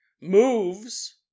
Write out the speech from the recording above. moves